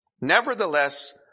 Nevertheless